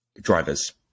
drivers